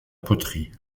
poterie